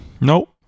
Nope